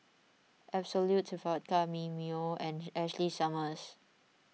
Absolut Vodka Mimeo and Ashley Summers